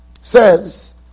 says